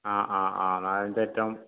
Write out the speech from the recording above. ആ ആ ആ നാലഞ്ചറ്റം